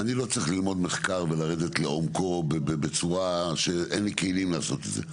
אני לא צריך ללמוד מחקר ולרדת לעומקו בצורה שאין לי כלים לעשות את זה,